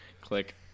Click